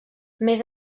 més